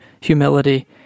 humility